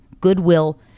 goodwill